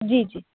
जी जी